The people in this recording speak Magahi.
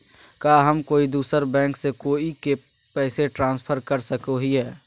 का हम कोई दूसर बैंक से कोई के पैसे ट्रांसफर कर सको हियै?